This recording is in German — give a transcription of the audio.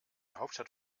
hauptstadt